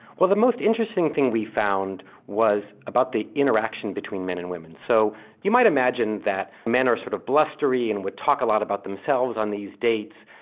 well the most interesting thing we found was about the interaction between men and women. so you might imagine that men are sort of blustery and would talk a lot about themselves on these dates,